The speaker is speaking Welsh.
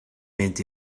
mynd